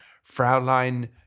Fraulein